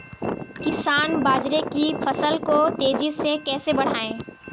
किसान बाजरे की फसल को तेजी से कैसे बढ़ाएँ?